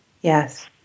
Yes